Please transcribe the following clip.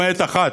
למעט אחד,